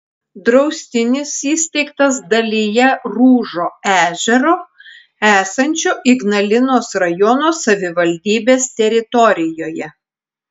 draustinis įsteigtas dalyje rūžo ežero esančio ignalinos rajono savivaldybės teritorijoje